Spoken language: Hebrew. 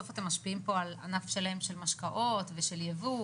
בסוף אתם משפיעים פה על ענף שלם של משקאות ושל ייבוא,